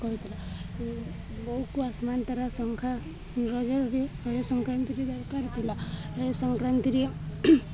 କହିଥିଲା ବୋହୁକୁ ଆସମାନ ତାରା ସଂଖ୍ୟା ରଜରେ ରଜ ସଂକ୍ରାନ୍ତିରେ ଦରକାର ଥିଲା ରଜ ସଂକ୍ରାନ୍ତିରେ